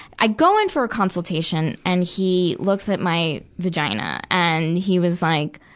i go in for a consultation, and he looks at my vagina, and he was like,